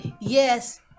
Yes